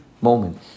moment